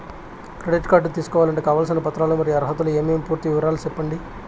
Credit card తీసుకోవాలంటే కావాల్సిన పత్రాలు మరియు అర్హతలు ఏమేమి పూర్తి వివరాలు సెప్పండి?